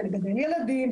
לגדל ילדים,